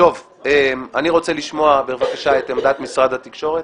אני רוצה לשמוע בבקשה את עמדת משרד התקשורת